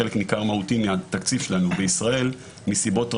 חלק ניכר מהותי מהתקציב שלנו בישראל מסיבות רבות.